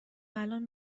الان